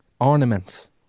Ornaments